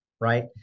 right